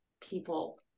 people